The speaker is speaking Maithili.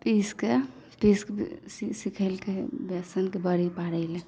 पीसिक पीसिक सीखैलकय बेसनक बड़ी पारय लऽ